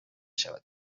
شود